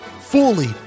fully